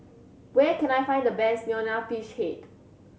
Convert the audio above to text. where can I find the best Nonya Fish Head